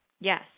Yes